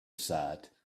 said